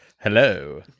hello